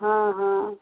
हँ हँ